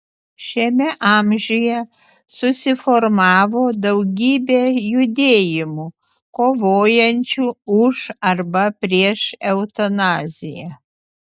šiame amžiuje susiformavo daugybė judėjimų kovojančių už arba prieš eutanaziją